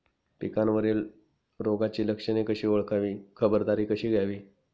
पिकावरील रोगाची लक्षणे कशी ओळखावी, खबरदारी कशी घ्यावी?